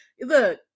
look